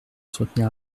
soutenir